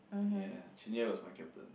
ya Jin-He was my captain